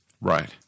Right